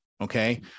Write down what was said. okay